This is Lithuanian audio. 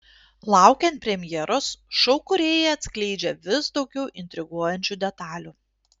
laukiant premjeros šou kūrėjai atskleidžia vis daugiau intriguojančių detalių